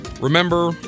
remember